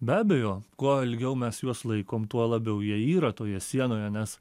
be abejo kuo ilgiau mes juos laikom tuo labiau jie yra toje sienoje nes